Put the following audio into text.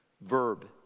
verb